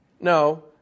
No